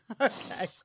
Okay